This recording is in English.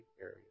area